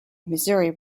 missouri